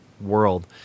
world